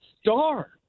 star